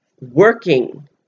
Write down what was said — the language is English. working